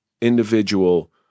individual